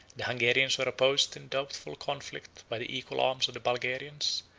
the hungarians were opposed in doubtful conflict by the equal arms of the bulgarians,